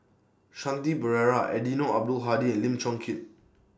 Shanti Pereira Eddino Abdul Hadi and Lim Chong Keat